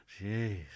Jeez